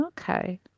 Okay